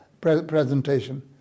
presentation